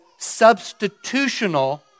substitutional